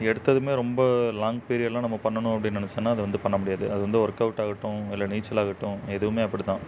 எடுத்ததுமே ரொம்ப லாங் பீரியட்செல்லாம் நம்ம பண்ணணும் அப்படின்னு நினச்சோன்னா அது வந்து பண்ண முடியாது அது வந்து ஒர்க் அவுட் ஆகட்டும் இல்லை நீச்சல் ஆகட்டும் எதுவுமே அப்படி தான்